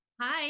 Hi